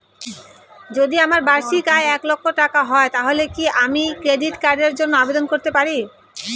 যদি আমার বার্ষিক আয় এক লক্ষ টাকা হয় তাহলে কি আমি ক্রেডিট কার্ডের জন্য আবেদন করতে পারি?